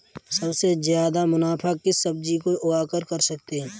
सबसे ज्यादा मुनाफा किस सब्जी को उगाकर कर सकते हैं?